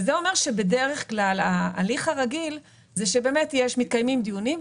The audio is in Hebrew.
וזה אומר שבדרך כלל ההליך הרגיל זה שמתקיימים דיונים,